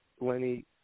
Lenny